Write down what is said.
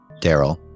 Daryl